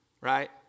right